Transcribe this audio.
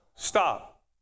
Stop